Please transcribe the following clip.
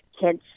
kids